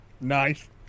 nice